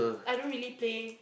I don't really play